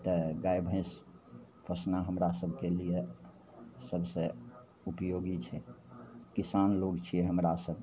तऽ गाइ भैँस पोसना हमरा सभके लिए सबसे उपयोगी छै किसान लोक छिए हमरासभ